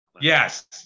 yes